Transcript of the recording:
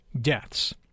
deaths